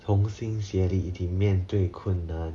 同心协力面对困难